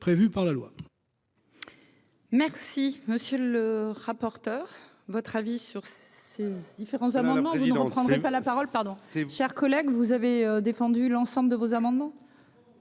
Merci, monsieur le rapporteur, votre avis sur ces différents amendements je ne reprendrai pas la parole, pardon, c'est cher collègue, vous avez défendu l'ensemble de vos amendements.